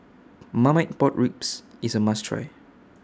Marmite Pork Ribs IS A must Try